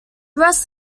rest